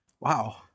Wow